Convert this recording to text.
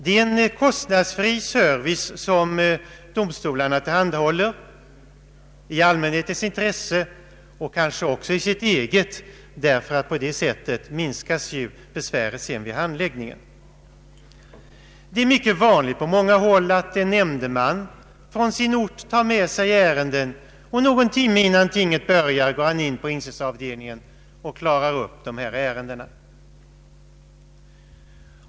Det är en kostnadsfri service som domstolarna tillhandahåller, i allmänhetens intresse och kanske också i sitt eget, ty på det sättet minskas ju besväret vid handläggningen. På sina håll är det mycket vanligt att en nämndeman tar med sig ärenden från sin ort, och någon timme innan tinget börjar går han in på inskrivningsavdelningen och klarar upp ärendena.